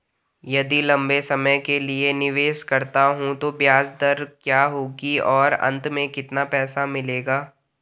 यदि लंबे समय के लिए निवेश करता हूँ तो ब्याज दर क्या होगी और अंत में कितना पैसा मिलेगा?